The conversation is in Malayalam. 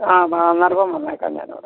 ആ ആ എന്നാൽ അന്നേരം വന്നേക്കാം ഞാൻ അവിടെ